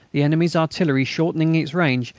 the enemy's artillery, shortening its range,